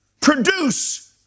produce